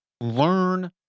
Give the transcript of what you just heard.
Learn